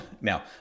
Now